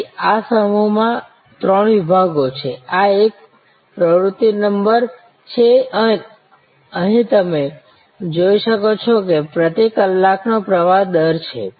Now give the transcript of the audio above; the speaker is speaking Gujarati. તેથી આ સમૂહ માં ત્રણ વિભાગો છે આ એક પ્રવૃત્તિ નંબર છે અહીં તમે જોઈ શકો છો કે તે પ્રતિ કલાકનો પ્રવાહ દર છે